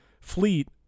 Fleet